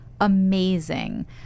amazing